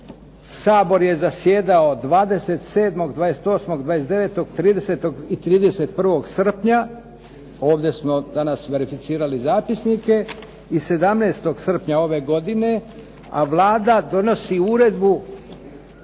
Sabor je zasjedao 27., 28., 29., 30. i 31. srpnja, ovdje smo danas verificirali zapisnike, i 17. srpnja ove godine, a Vlada donosi uredbu